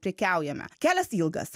prekiaujame kelias ilgas